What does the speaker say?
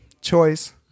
choice